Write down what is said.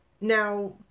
Now